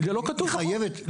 היא חייבת.